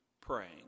praying